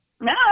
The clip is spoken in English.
No